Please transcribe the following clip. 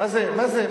מה זה?